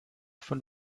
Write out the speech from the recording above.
von